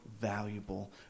valuable